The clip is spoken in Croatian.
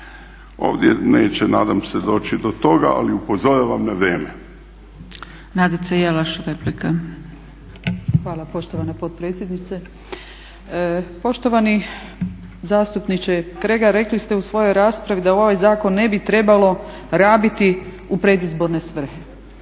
Ovdje neće nadam se doći do toga, ali upozoravam na vrijeme.